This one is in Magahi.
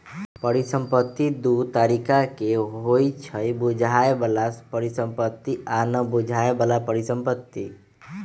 परिसंपत्ति दु तरिका के होइ छइ बुझाय बला परिसंपत्ति आ न बुझाए बला परिसंपत्ति